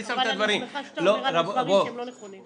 אני שמחה שאתה אומר עלי דברים שאינם נכונים.